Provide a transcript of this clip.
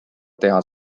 teha